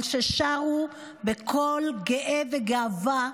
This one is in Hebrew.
על ששרו בקול גאה בגאווה,